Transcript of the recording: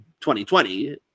2020